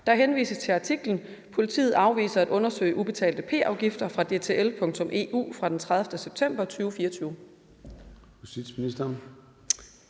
Der henvises til artiklen »Politiet afviser at undersøge ubetalte p-afgifter« fra dtl.eu den 30. september 2024.